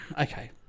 okay